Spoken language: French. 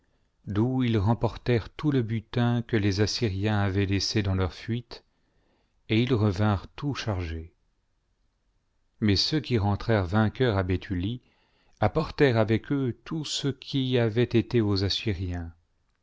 d'où ils remportèrent tout le butin que les assyriens avaient laissé dans leur fuite et ils revinrent tout chargés mais ceux qui rentrèrent vainqueurs à béthulie apportèrent avec eux tout ce qui avait été aux assyriens